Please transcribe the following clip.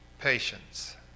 patience